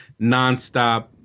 nonstop